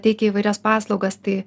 teikia įvairias paslaugas tai